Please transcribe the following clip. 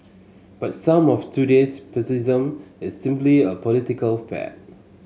but some of today's pessimism is simply a political fad